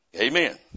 Amen